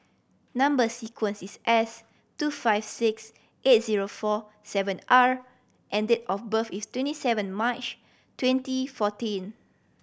number sequence is S two five six eight zero four seven R and date of birth is twenty seven March twenty fourteen